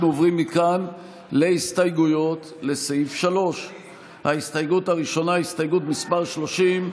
אנחנו עוברים מכאן להסתייגויות לסעיף 3. ההסתייגות הראשונה היא הסתייגות מס' 30,